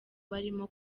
barimo